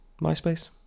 myspace